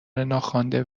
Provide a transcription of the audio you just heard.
ناخوانده